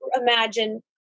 imagine